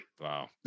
Wow